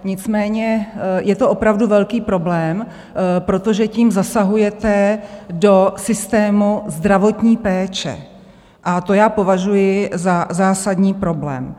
Nicméně je to opravdu velký problém, protože tím zasahujete do systému zdravotní péče, a to já považuji za zásadní problém.